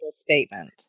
statement